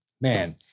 man